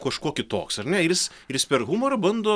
kažkuo kitoks ar ne ir jis ir jis per humorą bando